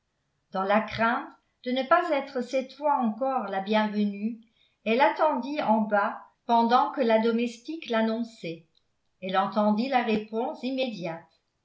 dans la crainte de ne pas être cette fois encore la bienvenue elle attendit en bas pendant que la domestique l'annonçait elle entendit la réponse immédiate